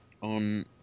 on